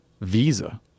visa